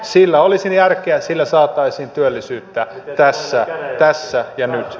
siinä olisi järkeä sillä saataisiin työllisyyttä tässä ja nyt